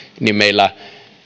meillä